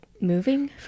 moving